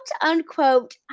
unquote